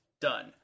Done